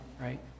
right